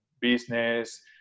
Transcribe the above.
business